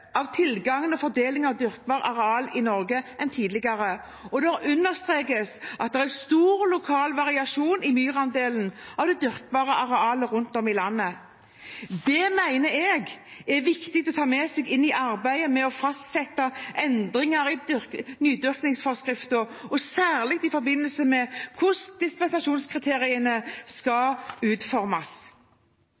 av tilgangen og fordelingen av dyrkbart areal i Norge enn tidligere. Det understrekes at det er stor lokal variasjon i myrandelen av det dyrkbare arealet rundt omkring i landet. Det mener jeg det er viktig å ta med seg i arbeidet med å fastsette endringer i nydyrkingsforskriften, særlig i forbindelse med hvordan dispensasjonskriteriene skal